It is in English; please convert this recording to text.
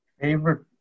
Favorite